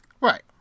Right